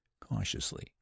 cautiously